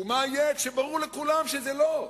ו"מה יהיה", שברור לכולם שזה "לא".